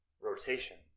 rotation